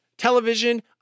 television